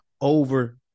over